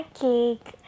cake